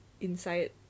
inside